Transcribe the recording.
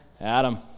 Adam